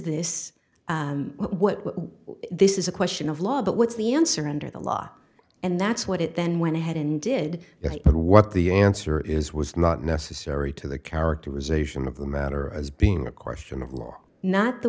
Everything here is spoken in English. this what this is a question of law but what's the answer under the law and that's what it then went ahead and did it and what the answer is was not necessary to the characterization of the matter as being a question of law not the